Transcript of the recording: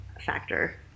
factor